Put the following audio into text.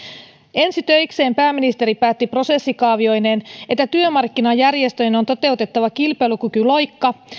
ensi töikseen pääministeri päätti prosessikaavioineen että työmarkkinajärjestöjen on toteutettava kilpailukykyloikka